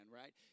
right